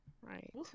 right